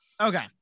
Okay